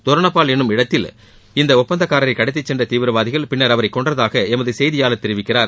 தோரணபால் என்னும் இடத்தில் இந்த ஒப்பந்ததாரரை கடத்திச் சென்ற தீவிரவாதிகள் பின்னர் அவரை கொன்றதாக எமது செய்தியாளர் தெரிவிக்கிறார்